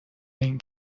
این